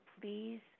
please